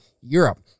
Europe